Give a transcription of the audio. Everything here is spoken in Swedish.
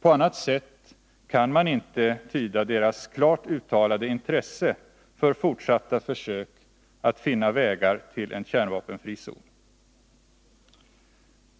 På annat sätt kan man inte tyda deras klart uttalade intresse för fortsatta försök att finna vägar till en kärnvapenfri zon.